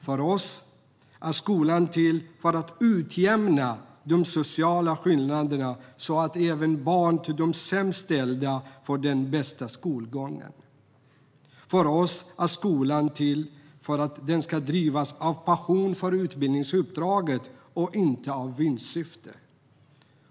För oss är skolan till för att utjämna de sociala skillnaderna så att även barn till de sämst ställda får den bästa skolgången. För oss ska skolan drivas av passion för utbildningsuppdraget och inte i vinstsyfte.